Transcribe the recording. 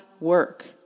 work